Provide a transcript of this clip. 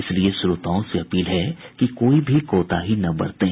इसलिए श्रोताओं से अपील है कि कोई भी कोताही न बरतें